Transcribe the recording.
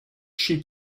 she